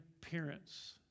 parents